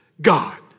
God